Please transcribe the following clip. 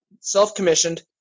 Self-commissioned